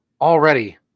already